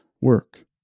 work